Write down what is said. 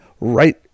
right –